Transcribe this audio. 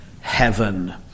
heaven